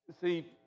see